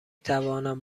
توانم